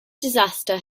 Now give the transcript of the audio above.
disaster